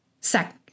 Second